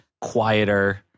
quieter